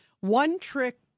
one-trick